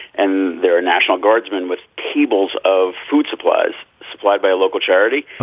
and there are national guardsmen with tables of food supplies supplied by a local charity.